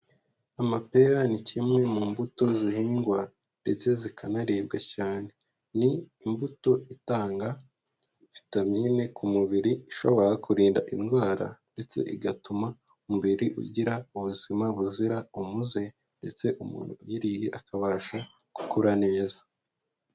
Amapera ni kimwe mu mbuto zihingwa ndetse zikanaribwa cyane, ni imbuto itanga vitamine ku mubiri ishobora kurinda indwara ndetse igatuma umubiri ugira ubuzima buzira umuze ndetse umuntu uyiriye akabasha gukura neza.